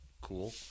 cool